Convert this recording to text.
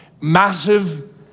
Massive